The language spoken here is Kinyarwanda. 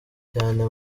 cyane